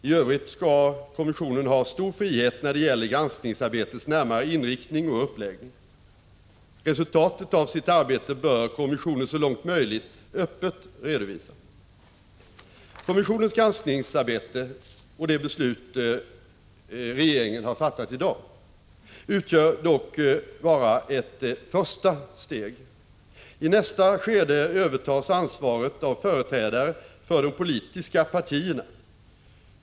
I övrigt skall kommissionen ha stor frihet när det gäller granskningsarbetets närmare inriktning och uppläggning. Resultatet av sitt arbete bör den så långt som möjligt öppet redovisa. Kommissionens granskningsarbete — och det beslut regeringen har fattat i dag — utgör dock endast ett första steg. I nästa skede övertas ansvaret av företrädare för de politiska partierna.